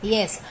Yes